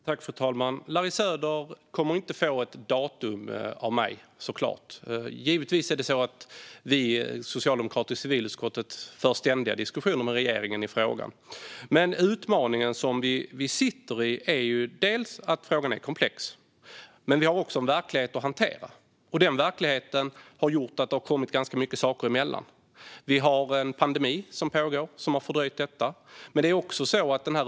Fru talman! Larry Söder kommer inte att få ett datum av mig, såklart. Givetvis för vi socialdemokrater i civilutskottet ständiga diskussioner med regeringen i frågan. Men utmaningen som vi sitter med är att frågan är komplex. Vi har också en verklighet att hantera. Den verkligheten har gjort att det har kommit ganska många saker emellan. Vi har en pandemi som pågår som har fördröjt detta.